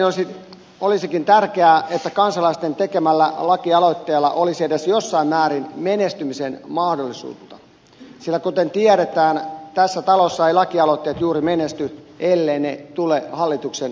mielestäni olisikin tärkeää että kansalaisten tekemällä lakialoitteella olisi edes jossain määrin menestymisen mahdollisuutta sillä kuten tiedetään tässä talossa eivät lakialoitteet juuri menesty elleivät ne tule hallituksen esittäminä